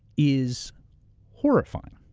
is horrifying.